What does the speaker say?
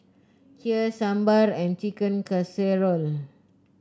Kheer Sambar and Chicken Casserole